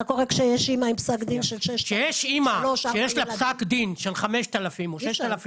כשיש אימא שיש לה פסק דין של 5,000 או 6,000